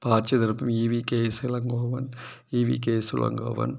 ப Chidambaram E V K S Elangovan E V K S Elangovan